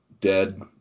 dead